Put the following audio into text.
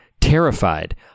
terrified